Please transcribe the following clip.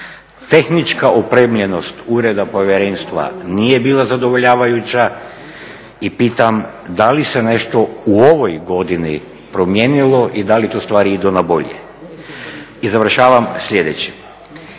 Tehnička opremljenost ureda Povjerenstva nije bila zadovoljavajuća i pitam da li se nešto u ovoj godini promijenili i da li tu stvari idu na bolje? I završavam sljedećim.